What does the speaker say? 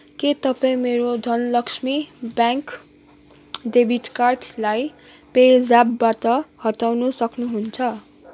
के तपाईँ मेरो धनलक्ष्मी ब्याङ्क डेबिट कार्डलाई पेज्यापबाट हटाउन सक्नुहुन्छ